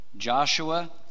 Joshua